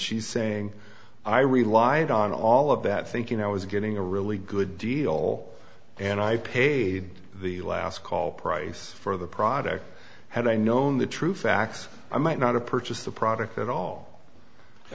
she's saying i relied on all of that thinking i was getting a really good deal and i paid the last call price for the product had i known the true facts i might not have purchased the product at